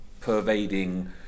pervading